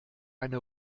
eine